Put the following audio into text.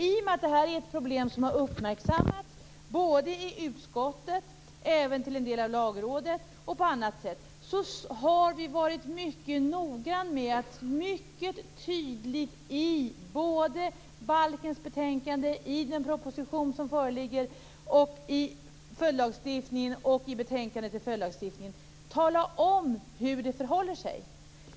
I och med att det här är ett problem som har uppmärksammats såväl i utskottet som till en del även av Lagrådet och på annat sätt har vi varit mycket noggranna med att mycket tydligt i betänkandet om balken, i den proposition som föreligger, i följdlagstiftningen och i betänkandet om den tala om hur det förhåller sig.